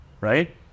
right